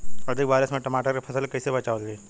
अधिक बारिश से टमाटर के फसल के कइसे बचावल जाई?